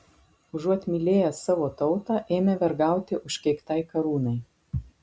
užuot mylėję savo tautą ėmė vergauti užkeiktai karūnai